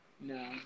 No